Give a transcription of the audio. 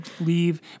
leave